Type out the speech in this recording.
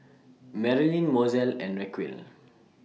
Merlyn Mozell and Racquel